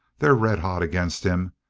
they're red-hot against him.